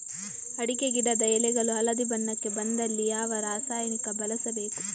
ಅಡಿಕೆ ಗಿಡದ ಎಳೆಗಳು ಹಳದಿ ಬಣ್ಣಕ್ಕೆ ಬಂದಲ್ಲಿ ಯಾವ ರಾಸಾಯನಿಕ ಬಳಸಬೇಕು?